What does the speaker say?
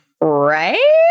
Right